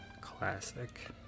classic